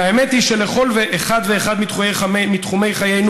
והאמת היא שלכל אחד ואחד מתחומי חיינו